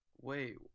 Wait